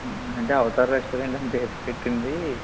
అంటే Avatar restaurant అని పేరు పెట్టింది